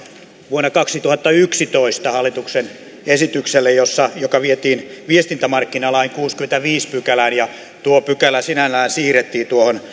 vuoden kaksituhattayksitoista hallituksen esitykselle joka vietiin viestintämarkkinalain kuudenteenkymmenenteenviidenteen pykälään ja tuo pykälä sinällään siirrettiin